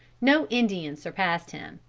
no indian surpassed him.